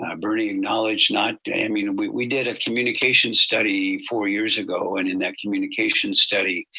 um bernie acknowledged, not damning. and we we did a communication study four years ago and in that communication study,